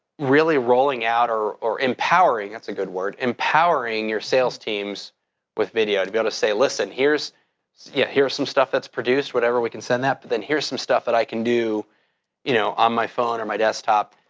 really rolling out or or empowering, that's a good word, empowering your sales teams with video to be able to say, listen, here's yeah here's some stuff that's produced, whatever, we can send that, but then here's some stuff that i can do you know on my phone or on my desktop,